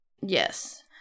Yes